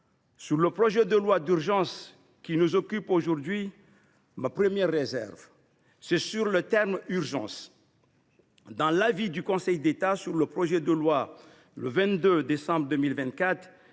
Sur le projet de loi d’urgence qui nous occupe aujourd’hui, ma première réserve est relative au terme « urgence ». Dans l’avis du Conseil d’État sur le projet de loi, rendu le 22 décembre 2024,